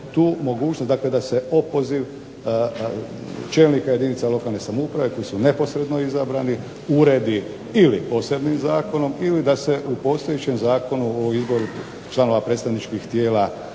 tu mogućnost, dakle da se opoziv čelnika jedinica lokalne samouprave koji su neposredno izabrani uredi ili posebnim zakonom, ili da se u postojećem Zakonu o izboru članova predstavničkih tijela